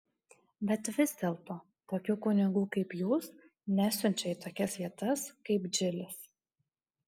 bet vis dėlto tokių kunigų kaip jūs nesiunčia į tokias vietas kaip džilis